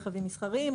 רכבים מסחריים,